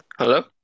Hello